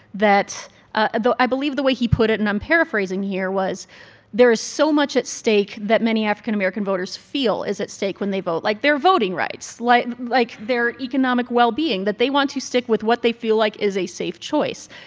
that ah though, i believe the way he put it, and i'm paraphrasing here was there is so much at stake that many african american voters feel is at stake when they vote, like their voting rights, like like their economic well-being, that they want to stick with what they feel like is a safe choice.